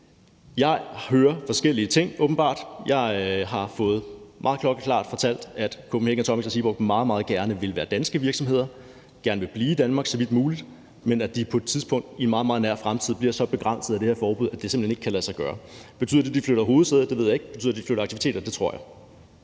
åbenbart forskellige ting. Jeg har fået meget klokkeklart fortalt, at Copenhagen Atomics og Seaborg meget, meget gerne vil være danske virksomheder og gerne vil blive i Danmark så vidt muligt, men at de på et tidspunkt i meget, meget nær fremtid bliver så begrænsede af det her forbud, at det simpelt hen ikke kan lade sig gøre. Betyder det, at de flytter hovedsæde? Det ved jeg ikke. Betyder det, at de flytter aktiviteter? Det tror jeg.